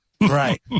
Right